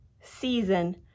season